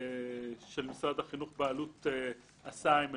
של משרד החינוך בעלות הסעה עם מלווה.